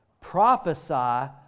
Prophesy